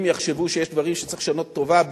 אם יחשבו שיש דברים שצריך לשנות לטובה,